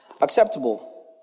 acceptable